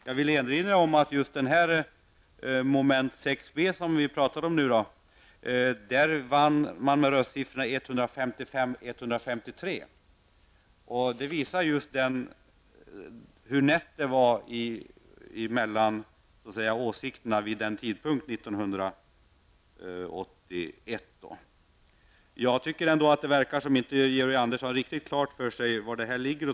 Jag vill erinra om att reservanterna i samband med Det visar hur liten åsiktsskillnaden var vid den aktuella tidpunkten 1981. Georg Andersson tycks inte ha riktigt klart för sig var Utomälven ligger.